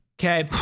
okay